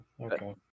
Okay